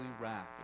wrath